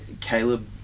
Caleb